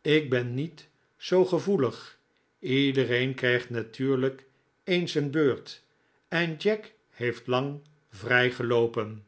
ik ben niet zoo gevoelig iedereen krijgt natuurlijk eens een beurt en jack heeft lang vilj geloopen